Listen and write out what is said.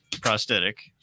Prosthetic